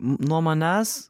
nuo manęs